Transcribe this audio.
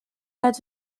get